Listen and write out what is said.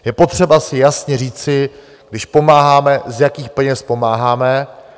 Je potřeba si jasně říci, když pomáháme, z jakých peněz pomáháme.